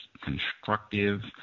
constructive